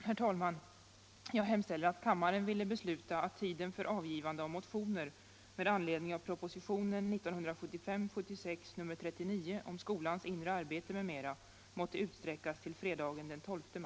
Herr talman! Jag hemställer att kammaren ville besluta att tiden för avgivande av motioner med anledning av propositionen 1975/76:39 om